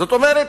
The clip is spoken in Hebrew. זאת אומרת,